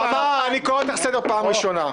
תמר, אני קורא אותך לסדר פעם ראשונה.